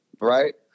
right